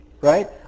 right